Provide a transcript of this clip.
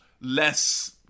less